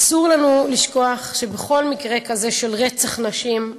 אסור לנו לשכוח שבכל מקרה כזה של רצח אישה